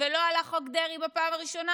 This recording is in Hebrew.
ולא הלך חוק דרעי בפעם הראשונה,